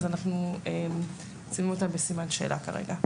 אז שימו אותם בסימן שאלה כרגע.